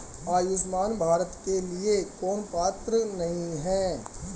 आयुष्मान भारत के लिए कौन पात्र नहीं है?